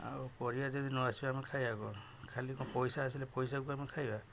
ଆଉ ପାରିବା ଯଦି ନ ଆସିବ ଆମେ ଖାଇବା କ'ଣ ଖାଲି କ'ଣ ପଇସା ଆସିଲେ ପଇସାକୁ ଆମେ ଖାଇବା